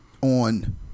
on